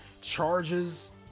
charges